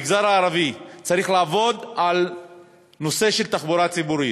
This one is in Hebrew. המגזר הערבי, צריך לעבוד על תחבורה ציבורית.